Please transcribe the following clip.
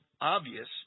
obvious